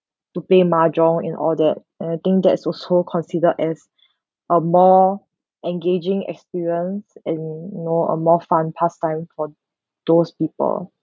to play mahjong and all that and I think that is also considered as a more engaging experience and a more a more fun pastime for those people